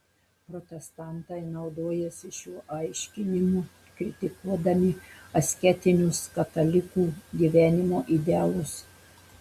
protestantai naudojasi šiuo aiškinimu kritikuodami asketinius katalikų gyvenimo idealus